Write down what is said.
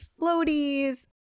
floaties